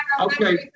Okay